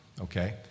okay